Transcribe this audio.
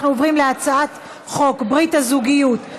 אנחנו עוברים להצעת חוק ברית הזוגיות,